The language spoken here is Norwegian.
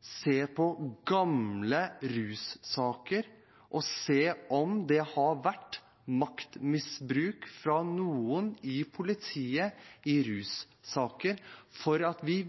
se på gamle russaker og se om det har vært maktmisbruk fra noen i politiet i russaker, slik at vi